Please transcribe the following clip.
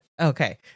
Okay